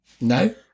No